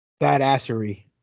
badassery